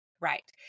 right